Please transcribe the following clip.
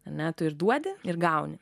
ne tu ir duodi ir gauni